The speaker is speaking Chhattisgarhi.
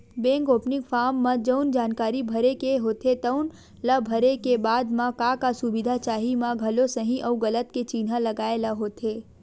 बेंक ओपनिंग फारम म जउन जानकारी भरे के होथे तउन ल भरे के बाद म का का सुबिधा चाही म घलो सहीं अउ गलत के चिन्हा लगाए ल होथे